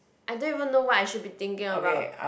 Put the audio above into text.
I don't even know what I should be thinking about